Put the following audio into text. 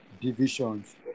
divisions